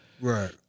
Right